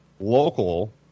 local